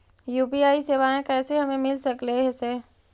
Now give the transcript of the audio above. UPI सेवाएं कैसे हमें मिल सकले से?